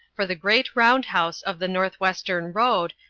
for the great round-house of the northwestern road,